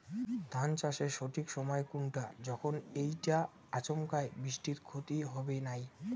ধান চাষের সঠিক সময় কুনটা যখন এইটা আচমকা বৃষ্টিত ক্ষতি হবে নাই?